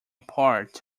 part